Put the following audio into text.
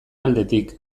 aldetik